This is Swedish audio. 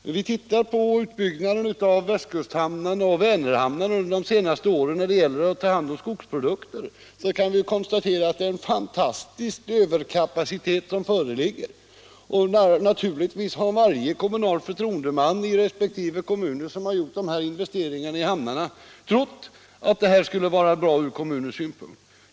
Om vi ser på utbyggnaden av västkusthamnar och Vänerhamnar under de senaste åren när det gäller att ta hand om godsprodukter kan vi konstatera att det föreligger en fantastisk överkapacitet. Naturligtvis'har varje kommunal förtroendeman i de kommuner som investerat i hamnarna trott att det skulle vara bra från konkurrenssynpunkt.